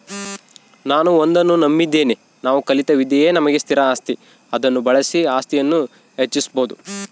ನಾನು ಒಂದನ್ನು ನಂಬಿದ್ದೇನೆ ನಾವು ಕಲಿತ ವಿದ್ಯೆಯೇ ನಮಗೆ ಸ್ಥಿರ ಆಸ್ತಿ ಅದನ್ನು ಬಳಸಿ ಆಸ್ತಿಯನ್ನು ಹೆಚ್ಚಿಸ್ಬೋದು